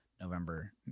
November